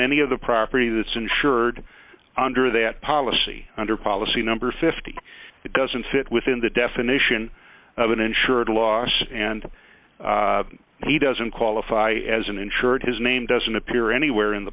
any of the property that's insured under that policy under policy number fifty it doesn't fit within the definition of an insured loss and he doesn't qualify as an insured his name doesn't appear anywhere in the